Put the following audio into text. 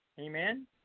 Amen